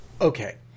Okay